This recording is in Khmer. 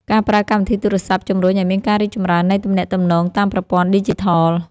ការប្រើកម្មវិធីទូរសព្ទ ជំរុញឱ្យមានការរីកចម្រើននៃទំនាក់ទំនងតាមប្រព័ន្ធឌីជីថល។